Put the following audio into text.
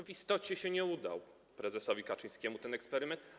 W istocie się nie udał prezesowi Kaczyńskiemu ten eksperyment.